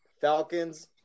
Falcons